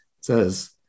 says